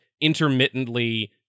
intermittently